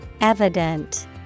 evident